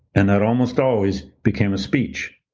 and that almost always became a speech.